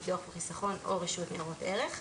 ביטוח וחיסכון או רשות ניירות ערך".